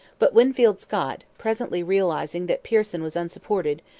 but winfield scott, presently realizing that pearson was unsupported,